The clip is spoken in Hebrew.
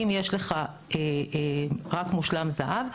אם יש לך רק מושלם זהב,